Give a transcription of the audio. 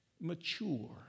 mature